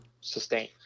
sustain